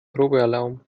probealarm